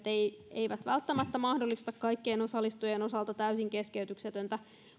eivät välttämättä mahdollista kaikkien osallistujien osalta täysin keskeytyksetöntä